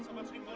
let's be